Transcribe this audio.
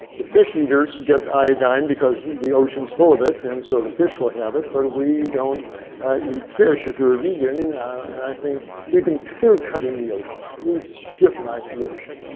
the fish eaters get iodine because the ocean's full of it and so the fish will have it. but we don't eat fish if you're a vegan and i think we've been clear cutting the ocean. we've strip mined the ocean.